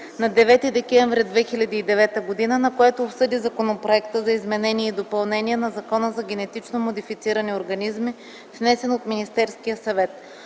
на 9 декември 2009 г., на което обсъди Законопроекта за изменение и допълнение на Закона за генетично модифицирани организми, внесен от Министерския съвет.